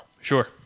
Sure